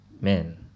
Men